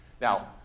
Now